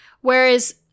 whereas